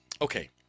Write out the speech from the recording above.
Okay